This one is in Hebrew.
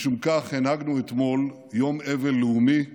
משום כך הנהגנו אתמול יום אבל לאומי,